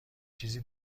چیزی